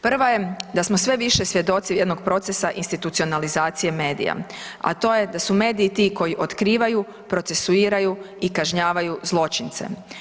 Prva je da smo sve više svjedoci jednog procesa institucionalizacije medija, a to je da su mediji ti koji otkrivaju, procesuiraju i kažnjavaju zločince.